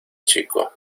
chico